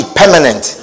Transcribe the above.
permanent